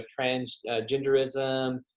transgenderism